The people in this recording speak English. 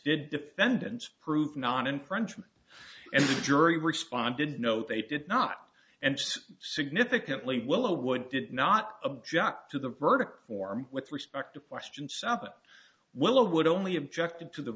did defendants prove non infringement and the jury responded no they did not and significantly willow wood did not object to the verdict form with respect to question some well i would only objected to the